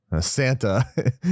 santa